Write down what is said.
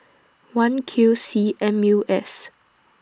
one Q C M U S